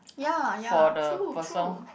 ya ya true true